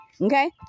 okay